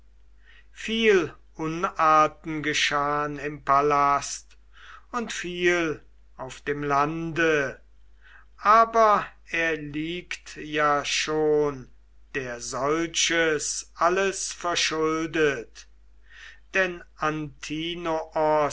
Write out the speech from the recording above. viel unarten geschahn im palast und viel auf dem lande aber er liegt ja schon der solches alles verschuldet denn